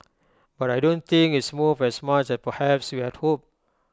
but I don't think it's moved as much as perhaps we had hoped